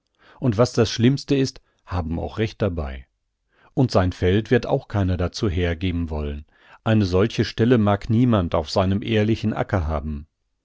und was das schlimmste ist haben auch recht dabei und sein feld wird auch keiner dazu hergeben wollen eine solche stelle mag niemand auf seinem ehrlichen acker haben